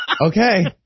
Okay